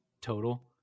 total